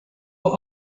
were